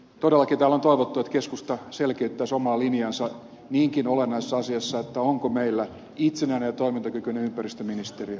todellakin täällä on toivottu että keskusta selkeyttäisi omaa linjaansa niinkin olennaisessa asiassa onko meillä itsenäinen ja toimintakykyinen ympäristöministeriö